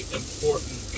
important